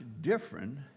different